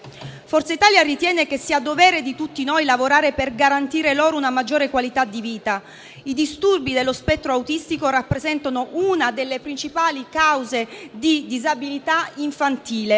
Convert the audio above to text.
Forza Italia ritiene che sia dovere di tutti noi lavorare per garantire loro una maggiore qualità di vita. I disturbi dello spettro autistico rappresentano una delle principali cause di disabilità infantile.